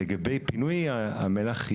לגבי פינוי המלח,